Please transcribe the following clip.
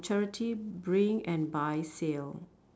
charity bring and buy sale